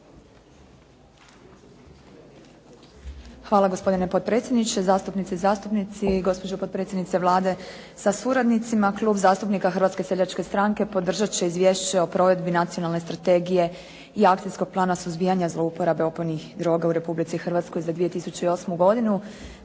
Hvala gospodine potpredsjedniče, zastupnice i zastupnici, gospođo potpredsjednice Vlade sa suradnicima. Klub zastupnika Hrvatske seljačke stranke podržat će izvješće o provedbi nacionalne strategije i akcijskog plana suzbijanja zlouporabe opojnih droga u Republici Hrvatskoj za 2008. godinu.